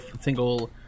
single